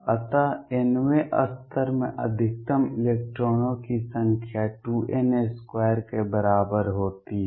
अत nवें स्तर में अधिकतम इलेक्ट्रॉनों की संख्या 2n2 के बराबर होती है